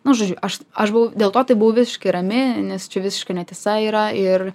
nu žodžiu aš aš buvau dėl to tai buvo visiškai rami nes čia visiška netiesa yra ir